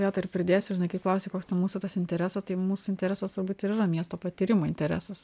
vietoj ir pridėsiu žinai kaip klausei koks ten mūsų tas interesas tai mūsų interesas turbūt ir yra miesto patyrimai interesas